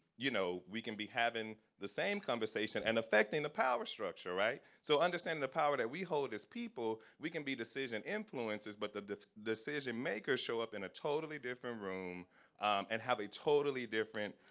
you know we can be having the same conversation and affecting the power structure. so understanding the power that we hold as people, we can be decision influencers, but the the decision makers show up in a totally different room and have a totally different